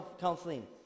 counseling